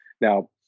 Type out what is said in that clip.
Now